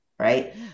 Right